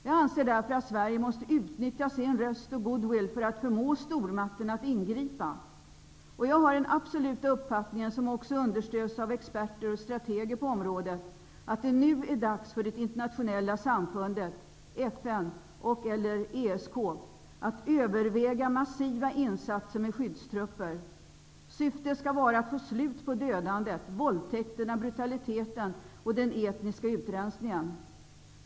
Jag anser därför att Sverige måste utnyttja sin röst och goodwill för att förmå stormakterna att ingripa. Jag har den absoluta uppfattningen, som också understöds av experter och strateger på området, att det nu är dags för de internationella samfunden FN och ESK att överväga massiva insatser med skyddstrupper. Syftet skall vara att få slut på dödandet, våldtäkterna, brutaliteten och den etniska utrensningen.